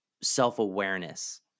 self-awareness